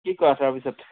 কি কোৱা তাৰপিছত